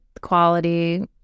quality